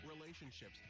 relationships